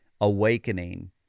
awakening